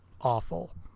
awful